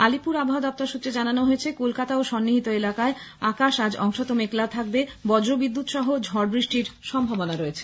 আলিপুর আবহাওয়া দপ্তর সূত্রে জানানো হয়েছে কলকাতা ও স্ননিহ্নিত এলাকায় আকাশ অংশত মেঘলা থাকবে বজ্র বিদ্যুৎ সহ ঝড় বৃষ্টির সম্ভাবনা রয়েছে